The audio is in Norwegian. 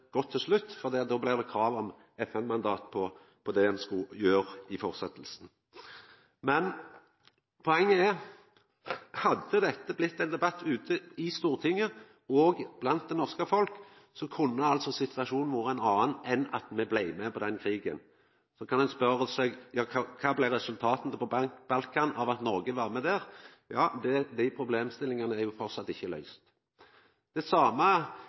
godt til slutt, fordi det då blei krav om FN-mandat for det ein skulle gjera i fortsetjinga. Men poenget er: Hadde det blitt ein debatt i Stortinget og ute blant det norske folk, kunne altså situasjonen vore ein annan enn at me blei med på den krigen. Så kan ein spørja seg: Kva blei resultata på Balkan av at Noreg var med der? Dei problemstillingane er jo framleis ikkje løyste. Det same